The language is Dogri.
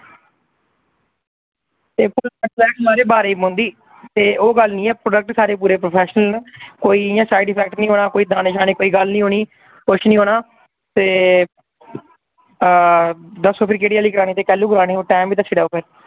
बारे च पौंदी ते ओह् गल्ल नेईं ऐ प्रोडेक्ट सारे पूरे प्रोफैशनल न कोई इ'यां साइड इफेक्ट नेईं होना कोई दाने शाने दी गल्ल नेईं होनी कुछ नेईं होना ते हां दस्सो फिर केह्ड़ी आह्ली करानी ते कैह्लू करानी टैम बी दस्सी ओड़ेओ फिर